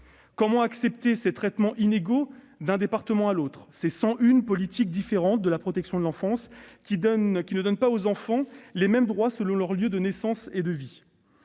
Comment accepter ces traitements inégaux d'un département à l'autre, ces 101 politiques différentes de protection de l'enfance, qui ne donnent pas aux enfants les mêmes droits selon leur lieu de naissance et de vie